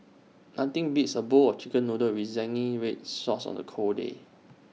nothing beats A bowl of Chicken Noodles with Zingy Red Sauce on A cold day